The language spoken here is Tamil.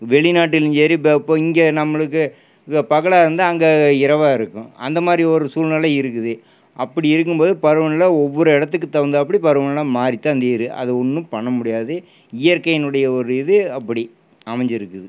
வெளிநாட்டுலையும் சரி இங்கே நம்மளுக்கு இங்கே பகலாக இருந்தா அங்கே இரவாக இருக்கும் அந்த மாதிரி ஒரு சூழ்நிலை இருக்குது அப்படி இருக்கும் போது பருவநிலை ஒவ்வொரு இடத்துக்கும் தகுந்தாப்படி பருவநிலை மாறித்தான் தீரும் அதை ஒன்றும் பண்ண முடியாது இயற்கையினுடைய ஒரு இது அப்படி அமைஞ்சிருக்குது